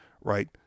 right